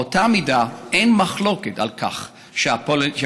באותה מידה אין מחלוקת על כך שפולנים